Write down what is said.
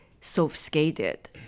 sophisticated